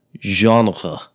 Genre